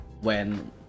when-